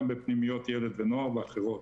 גם בפנימיות ילד ונוער ואחרות.